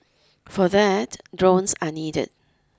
for that drones are needed